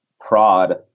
prod